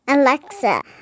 Alexa